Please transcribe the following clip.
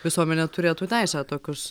visuomenė turėtų teisę tokius